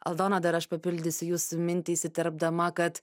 aldona dar aš papildysiu jūsų mintį įsiterpdama kad